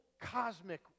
cosmic